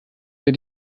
der